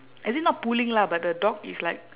as in not pulling lah but the dog is like